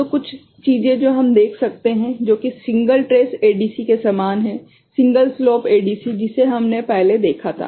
तो कुछ चीजें जो हम देख सकते हैं जो कि सिंगल ट्रेस ADC के समान है सिंगल स्लोप ADC जिसे हमने पहले देखा था